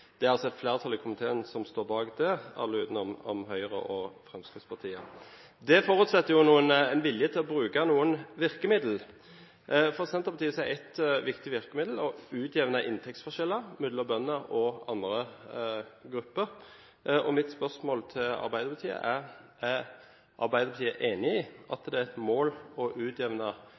Det er altså et flertall i komiteen som står bak dette, alle utenom Høyre og Fremskrittspartiet. Det forutsetter en vilje til å bruke noen virkemidler. For Senterpartiet er det et viktig virkemiddel å utjevne inntektsforskjeller mellom bønder og andre grupper. Mitt spørsmål til Arbeiderpartiet er om de er enig i at det er et mål å utjevne